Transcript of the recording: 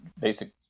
basic